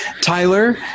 Tyler